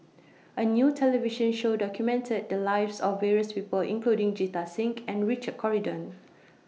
A New television Show documented The Lives of various People including Jita think and Richard Corridon